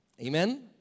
Amen